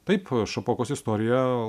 taip šapokos istorija